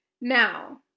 Now